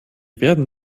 werden